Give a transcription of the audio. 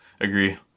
Agree